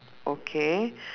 okay